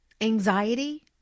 Anxiety